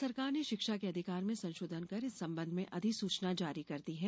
राज्य सरकार ने शिक्षा के अधिकार में संशोधन कर इस संबंध में अधिसूचना जारी कर दी है